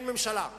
אין ממשלה.